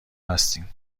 هستیم